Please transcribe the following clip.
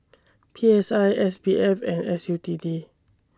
P S I S B F and S U T D